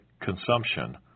consumption